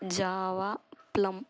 guava plum